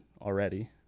already